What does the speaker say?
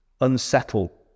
unsettle